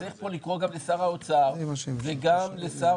צריך פה לקרוא גם לשר האוצר וגם לשרים